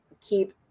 keep